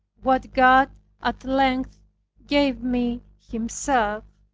what god at length gave me himself,